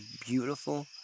beautiful